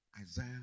Isaiah